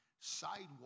sidewalk